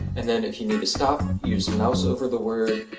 and then, if you need to stop you just mouse over the word,